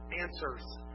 answers